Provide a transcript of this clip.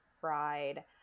fried